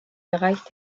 bereich